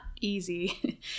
easy